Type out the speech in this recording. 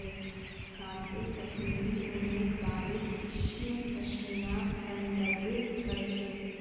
काते कश्मीरी ऊनेर बारीक किस्म पश्मीनाक संदर्भित कर छेक